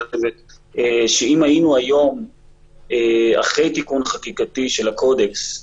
שאם היינו היום אחרי תיקון חקיקה של הקודקס,